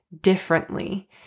differently